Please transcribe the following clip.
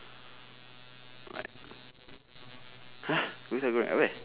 !huh! means